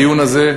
הדיון הזה,